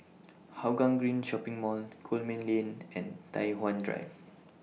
Hougang Green Shopping Mall Coleman Lane and Tai Hwan Drive